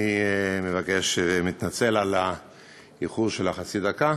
אני מתנצל על האיחור של חצי הדקה.